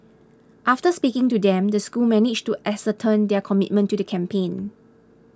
after speaking to them the school managed to ascertain their commitment to the campaign